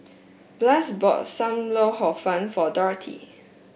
Blaise bought Sam Lau Hor Fun for Dorathy